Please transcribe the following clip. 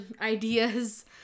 ideas